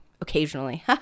Occasionally